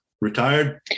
Retired